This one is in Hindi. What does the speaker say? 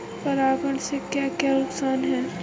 परागण से क्या क्या नुकसान हैं?